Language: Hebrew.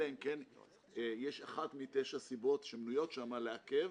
אלא אם כן יש אחת מתשע סיבות שמנויות שם לעקל.